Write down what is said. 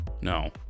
No